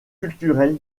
culturelle